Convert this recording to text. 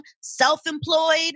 self-employed